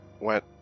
went